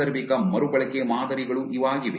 ಸಾಂದರ್ಭಿಕ ಮರುಬಳಕೆ ಮಾದರಿಗಳು ಇವಾಗಿವೆ